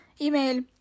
email